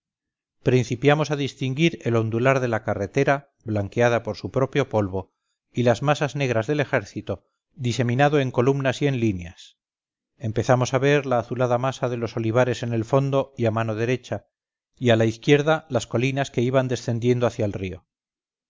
principiamos a distinguir el ondular de la carretera blanqueada por su propio polvo y las masas negras del ejército diseminado en columnas y en líneas empezamos a ver la azulada masa de los olivares en el fondo y a mano derecha y a la izquierda las colinas que iban descendiendo hacia el río